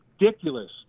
ridiculous